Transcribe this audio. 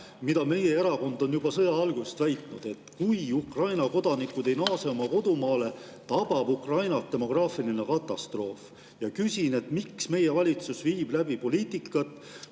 mida meie erakond on juba sõja algusest väitnud, et kui Ukraina kodanikud ei naase oma kodumaale, tabab Ukrainat demograafiline katastroof. Küsin: miks meie valitsus viib läbi poliitikat,